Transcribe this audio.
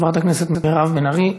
חברת הכנסת מירב בן ארי,